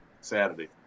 Saturday